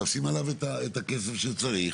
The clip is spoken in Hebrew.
לשים עליו את הכסף שצריך,